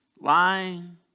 Lying